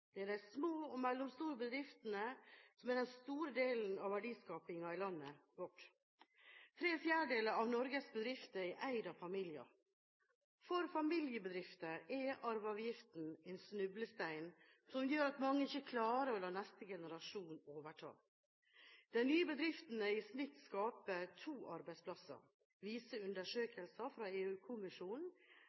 er i de små og mellomstore bedriftene at en stor del av verdiene i landet vårt skapes. Tre fjerdedeler av norske bedrifter er eid av familier. For familiebedrifter er arveavgiften en snublestein som gjør at mange ikke klarer å la neste generasjon overta. Der nye bedrifter i snitt skaper to arbeidsplasser, viser undersøkelser fra